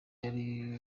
yari